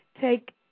take